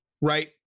Right